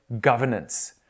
governance